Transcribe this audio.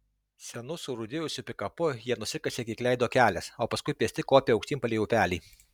senu surūdijusiu pikapu jie nusikasė kiek leido kelias o paskui pėsti kopė aukštyn palei upelį